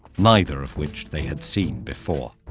neither of which they had seen before.